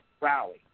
rally